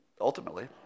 ultimately